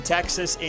Texas